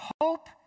hope